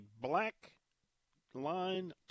black-line